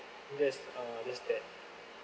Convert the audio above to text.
that's uh just that